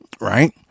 right